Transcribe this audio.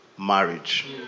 marriage